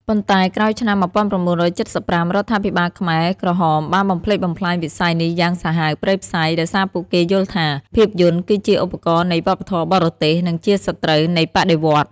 ប៉ុន្តែក្រោយឆ្នាំ ១៩៧៥ រដ្ឋាភិបាលខ្មែរក្រហមបានបំផ្លិចបំផ្លាញវិស័យនេះយ៉ាងសាហាវព្រៃផ្សៃ ដោយសារពួកគេយល់ថា ភាពយន្តគឺជាឧបករណ៍នៃវប្បធម៌បរទេស និងជាសត្រូវនៃបដិវត្តន៍។